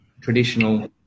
traditional